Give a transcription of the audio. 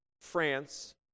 France